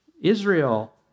Israel